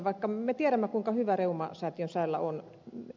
vaikka me tiedämme kuinka hyvä reumasäätiön sairaala on ed